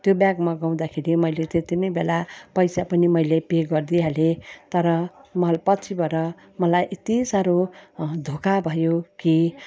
त्यो ब्याग मगाउँदाखेरि मैले त्यत्ति नै बेला पैसा पनि मैले पे गरिदिइहालेँ तर मल पछिबाट मलाई यत्ति साह्रो धोका भयो कि